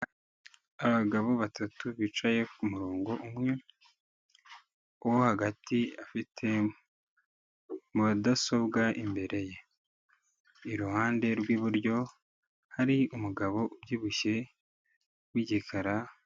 Abagabo batatu bicaye ku murongo umwe, uwo hagati afite mu mudasobwa imbere ye, iruhande rw'iburyo hari umugabo ubyibushye, w'igikara.